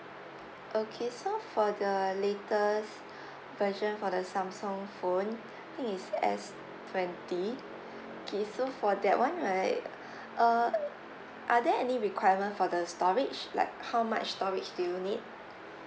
okay so for the latest version for the Samsung phone I think is S twenty okay so for that one right uh are there any requirement for the storage like how much storage do you need